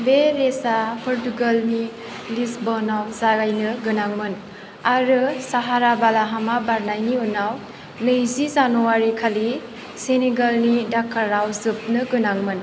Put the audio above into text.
बे रेसआ पर्तुगालनि लिस्बनआव जागायनो गोनांमोन आरो साहारा बालाहामा बारनायनि उनाव नैजि जानुवारिखालि सेनेगालनि डाकारआव जोबनो गोनांमोन